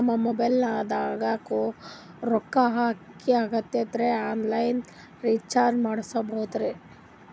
ನನ್ನ ಮೊಬೈಲದಾಗ ರೊಕ್ಕ ಖಾಲಿ ಆಗ್ಯದ್ರಿ ಆನ್ ಲೈನ್ ರೀಚಾರ್ಜ್ ಮಾಡಸ್ಬೋದ್ರಿ?